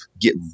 get